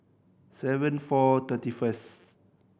seven four thirty first